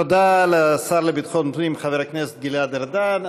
תודה לשר לביטחון פנים חבר הכנסת גלעד ארדן.